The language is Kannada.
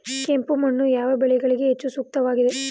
ಕೆಂಪು ಮಣ್ಣು ಯಾವ ಬೆಳೆಗಳಿಗೆ ಹೆಚ್ಚು ಸೂಕ್ತವಾಗಿದೆ?